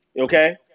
Okay